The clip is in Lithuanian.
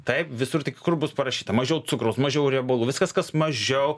taip visur tik kur bus parašyta mažiau cukraus mažiau riebalų viskas kas mažiau